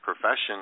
profession